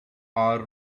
are